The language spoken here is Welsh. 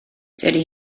dydy